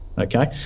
okay